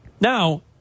Now